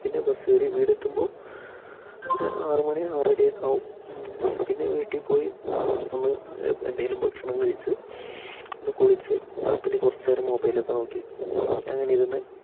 പിന്നെ ബസ് കയറി വീടെത്തുമ്പോൾ ഒരു ആറുമണി ആറരയൊക്കെയാവും പിന്നെ വീട്ടീൽപ്പോയി ഒന്ന് എന്തെങ്കിലും ഭക്ഷണം കഴിച്ച് ഒന്ന് കുളിച്ച് പിന്നെ കുറച്ച് നേരം മൊബൈലൊക്കെ നോക്കി അങ്ങനെയിരുന്ന്